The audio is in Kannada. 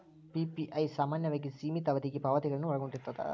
ಪಿ.ಪಿ.ಐ ಸಾಮಾನ್ಯವಾಗಿ ಸೇಮಿತ ಅವಧಿಗೆ ಪಾವತಿಗಳನ್ನ ಒಳಗೊಂಡಿರ್ತದ